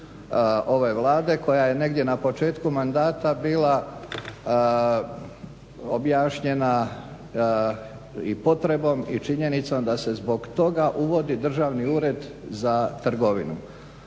ove Vlade koja je na početku mandata bila objašnjena i potrebom i činjenicom da se zbog toga uvodi Državni ured za trgovinom.